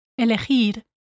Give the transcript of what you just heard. elegir